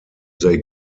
they